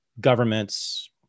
governments